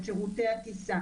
את שירותי הטיסה.